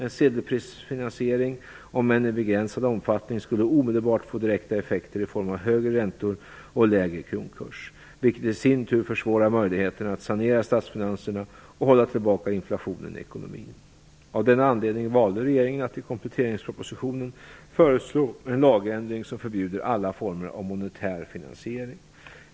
En sedelpressfinansiering, om än i begränsad omfattning, skulle omedelbart få direkta effekter i form av högre räntor och lägre kronkurs, vilket i sin tur försvårar möjligheterna att sanera statsfinanserna och hålla tillbaka inflationen i ekonomin. Av denna anledning valde regeringen att i kompletteringspropositionen föreslå en lagändring som förbjuder alla former av monetär finansiering.